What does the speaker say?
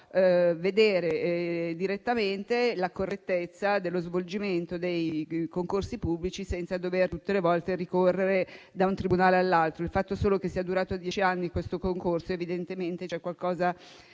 vedere direttamente la correttezza dello svolgimento dei concorsi pubblici senza dover tutte le volte ricorrere da un tribunale all'altro. Il fatto solo che questo concorso sia durato dieci anni rileva evidentemente che qualcosa